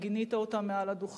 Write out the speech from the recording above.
וגינית אותן מעל הדוכן,